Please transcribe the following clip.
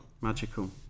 Magical